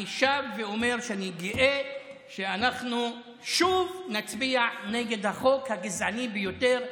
אני שב ואומר שאני גאה שאנחנו שוב נצביע נגד החוק הגזעני ביותר.